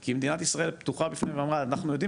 כי מדינת ישראל פתוחה בפניהם ואמרה שאנחנו יודעים